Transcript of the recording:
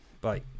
Bye